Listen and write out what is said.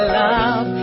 love